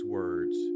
words